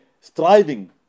striving